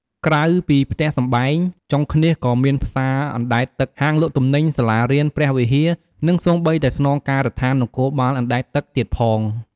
ក្រៅពីផ្ទះសម្បែង ចុងឃ្នាសក៏មានផ្សារអណ្ដែតទឹក ហាងលក់ទំនិញ សាលារៀន ព្រះវិហារ និងសូម្បីតែស្នងការដ្ឋាននគរបាលអណ្ដែតទឹកទៀតផង។